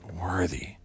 worthy